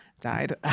died